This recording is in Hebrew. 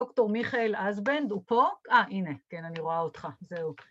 ‫דוקטור מיכאל הזבנד, הוא פה? ‫אה, הנה, כן, אני רואה אותך, זהו.